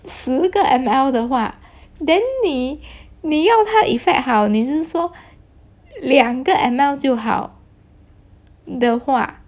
十个 M_L 的话 then 你你用它 effect 好你是说两个 M_L 就好的话